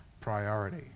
priority